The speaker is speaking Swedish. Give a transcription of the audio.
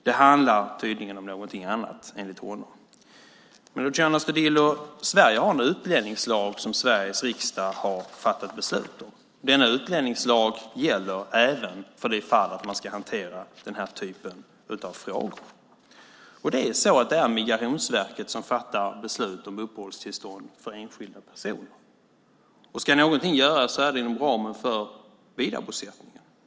Det handlar tydligen om någonting annat enligt honom. Men, Luciano Astudillo, Sverige har en utlänningslag som Sveriges riksdag har fattat beslut om. Denna utlänningslag gäller även för de fall man ska hantera den här typen av frågor. Det är Migrationsverket som fattar beslut om uppehållstillstånd för enskilda personer. Ska något göras är det inom ramen för vidarebosättningen.